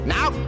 Now